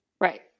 Right